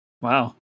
Wow